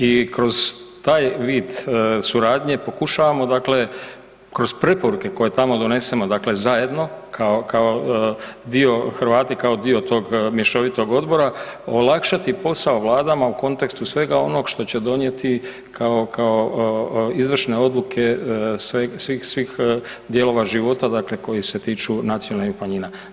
I kroz taj vid suradnje pokušavamo dakle kroz preporuke koje tamo donesemo, dakle zajedno kao dio, Hrvati kao dio tog mješovitog odbora, olakšati posao vladama u kontekstu svega onog što će donijeti kao izvršne odluke svih dijelova života, dakle koji se tiču nacionalnih manjina.